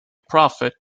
prophet